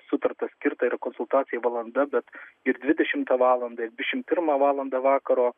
sutarta skirta rekonsultacijai valanda bet ir dvidešimtą valandą ir dvidešimt pirmą valandą vakaro